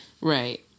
Right